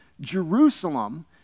Jerusalem